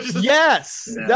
Yes